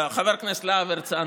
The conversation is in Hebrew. חבר הכנסת להב הרצנו,